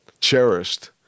cherished